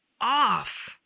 off